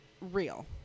real